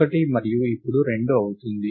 1 మరియు ఇప్పుడు 2 అవుతుంది